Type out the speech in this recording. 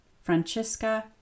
Francesca